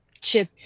chip